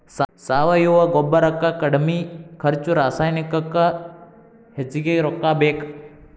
ಸಾವಯುವ ಗೊಬ್ಬರಕ್ಕ ಕಡಮಿ ಖರ್ಚು ರಸಾಯನಿಕಕ್ಕ ಹೆಚಗಿ ರೊಕ್ಕಾ ಬೇಕ